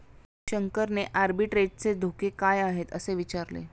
शंकरने आर्बिट्रेजचे धोके काय आहेत, असे विचारले